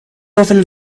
often